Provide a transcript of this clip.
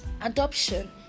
adoption